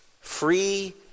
free